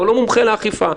הוא לא מומחה לאכיפה.